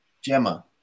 Gemma